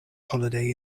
holiday